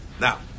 Now